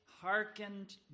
hearkened